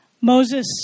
Moses